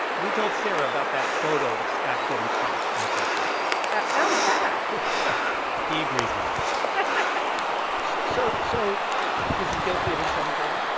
we told sarah about that photo of scott getting cash in a parking lot that sounds bad he agrees with you ah so so is he guilty of insider trading?